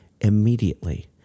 immediately